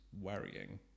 worrying